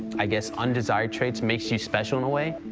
i guess undesired traits makes you special in a way.